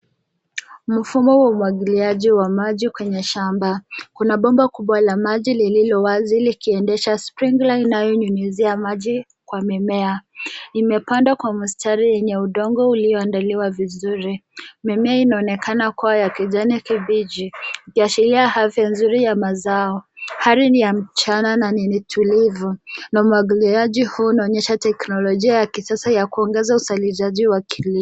Mfumo wa umwagiliaji wa maji kwenye shamba, kuna bomba kubwa la maji lililowazi likiendesha sprinkler inayonyunyizia maji kwa mimea. Imepandwa kwa mistari yenye udongo ulioandaliwa vizuri. Mimea inaonekana kuwa ya kijani kibichi, ikiashiria afya nzuri ya mazao. Hali ni ya mchana na ni tulivu na umwagiliaji huu unaonyesha teknolojia ya kisasa ya kuongeza uzalishaji wa kilimo.